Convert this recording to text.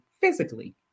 physically